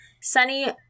sunny